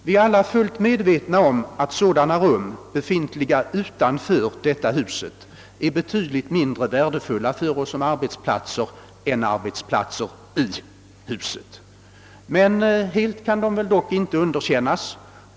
Vi är alla fullt medvetna om att rum som befinner sig utanför riksdagshuset är betydligt mindre värdefulla som arbetsplatser än rum i riksdagshuset, men helt kan vi inte underkänna dem.